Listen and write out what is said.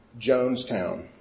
Jonestown